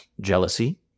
Jealousy